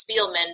Spielman